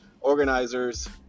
organizers